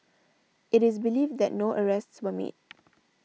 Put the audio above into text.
it is believed that no arrests were made